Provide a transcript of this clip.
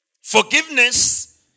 Forgiveness